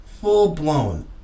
full-blown